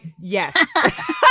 yes